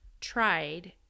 tried